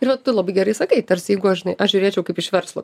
ir vat labai gerai sakai tarsi jeigu aš žinai aš žiūrėčiau kaip iš verslo